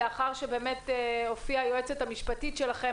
לאחר שבאמת הופיעה היועצת המשפטית שלכם,